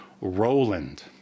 Roland